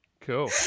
Cool